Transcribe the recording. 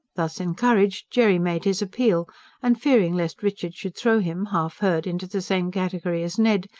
thus encouraged, jerry made his appeal and fearing lest richard should throw him, half-heard, into the same category as ned,